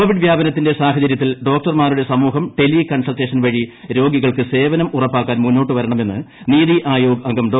Covid വ്യാപനത്തിന്റെ സാഹചരൃത്തിൽ ഡോക്ടർമാരുടെ സമൂഹം ടെലി കൺസൾട്ടേഷൻ വഴി രോഗികൾക്ക് സേവനം ഉറപ്പാക്കാൻ മുന്നോട്ട് വരണമെന്ന് നിതി ആയോഗ് അംഗം ഡോ